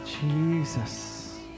Jesus